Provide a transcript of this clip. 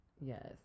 Yes